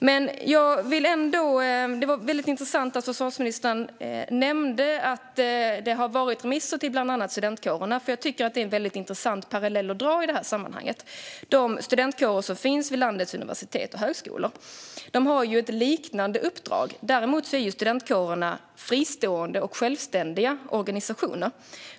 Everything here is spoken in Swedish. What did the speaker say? Det var mycket intressant att försvarsministern nämnde att detta har gått ut på remiss till bland annat studentkårerna, eftersom jag tycker att det är en mycket intressant parallell att dra i detta sammanhang. De studentkårer som finns vid landets universitet och högskolor har ett liknande uppdrag. Däremot är studentkårerna fristående och självständiga organisationer.